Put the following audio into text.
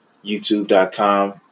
youtube.com